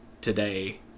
today